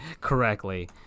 correctly